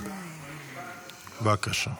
היושב-ראש.